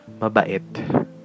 mabait